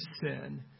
sin